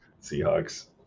Seahawks